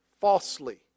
falsely